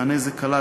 מענה זה כלל,